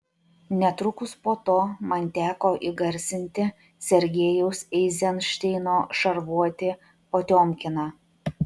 netrukus po to man teko įgarsinti sergejaus eizenšteino šarvuotį potiomkiną